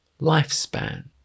lifespan